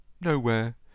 Nowhere